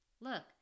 Look